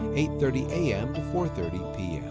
and eight thirty a m. to four thirty p m.